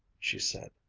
she said,